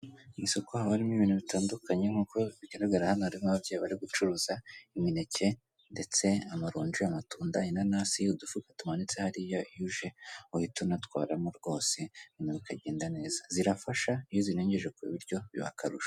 Mu isoko haba harimo ibintu bitandukanye, nk'uko bigaragara hano harimo ababyeyi bari gucuruza imineke ndetse amaronji, amatunda, inanasi, udufuka tumanitse hariya, iyo uje uhita unatwaramo rwose bikagenda neza, zirafasha iyo uzirengeje ku biryo biba akarusho.